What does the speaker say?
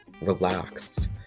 relaxed